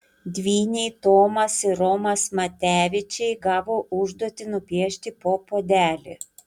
dvyniai tomas ir romas matevičiai gavo užduotį nupiešti po puodelį